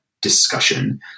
discussion